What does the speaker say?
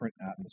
atmosphere